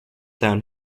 down